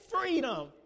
freedom